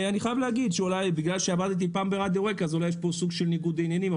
אולי בגלל שעבדתי פעם ברדיו רקע יש פה סוג של ניגוד עניינים,